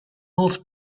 old